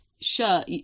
shirt